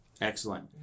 Excellent